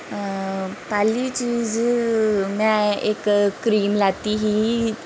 पैह्ली चीज़ में इक क्रीम लैत्ती ही